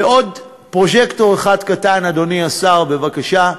ועוד פרוז'קטור אחד קטן, אדוני השר, בבקשה: